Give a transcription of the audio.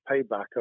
payback